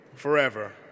forever